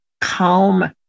calm